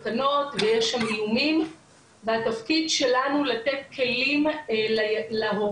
סכנות ויש שם איומים והתפקיד שלנו לתת כלים להורים,